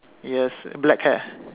yes black hair